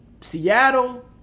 Seattle